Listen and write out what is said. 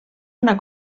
una